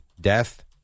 death